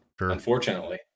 unfortunately